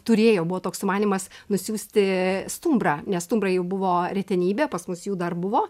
turėjo buvo toks sumanymas nusiųsti stumbrą nes stumbrai jau buvo retenybė pas mus jų dar buvo